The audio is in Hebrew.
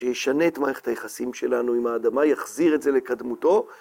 שישנה את מערכת היחסים שלנו עם האדמה, יחזיר את זה לקדמותו.